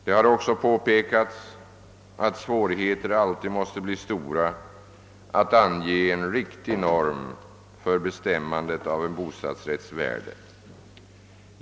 Det har också påpekats att svårigheterna alltid måste bli stora att ange en riktig norm för bestämmandet av en bostadsrätts värde.